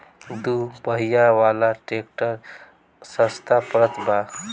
दू पहिया वाला ट्रैक्टर सस्ता पड़त बा